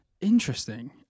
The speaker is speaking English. interesting